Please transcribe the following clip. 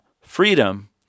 freedom